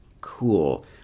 Cool